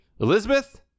Elizabeth